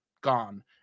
gone